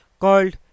called